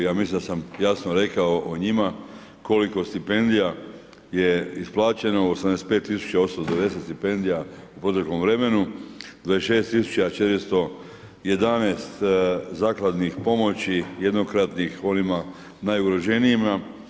Ja mislim da sam jasno rekao o njima koliko stipendija je isplaćeno, 85 tisuća 890 stipendija u proteklom vremenu, 26411 zakladnih pomoći jednokratnih onima najugroženijima.